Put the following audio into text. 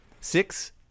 Six